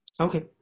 Okay